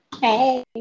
hey